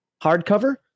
hardcover